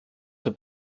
für